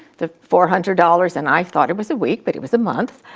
the four hundred dollars and i thought it was a week, but it was a month.